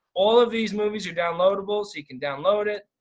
all of these movies are downloadable, so you can download it.